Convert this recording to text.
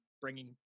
bringing